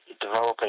developing